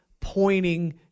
pointing